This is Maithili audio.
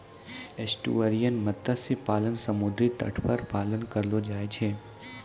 एस्टुअरिन मत्स्य पालन समुद्री तट पर पालन करलो जाय छै